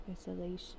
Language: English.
isolation